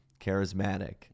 charismatic